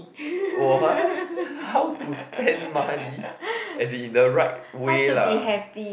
what how to spend money as in the right way lah